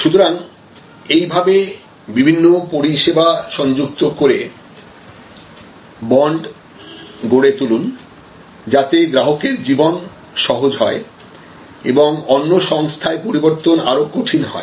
সুতরাং এই ভাবে বিভিন্ন পরিষেবা সংযুক্ত করে বন্ড গড়ে তুলুন যাতে গ্রাহকের জীবন সহজ হয় এবং অন্য সংস্থায় পরিবর্তন আরো কঠিন হয়